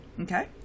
Okay